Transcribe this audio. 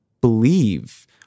believe